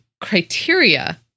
criteria